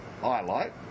highlight